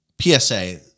PSA